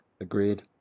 Agreed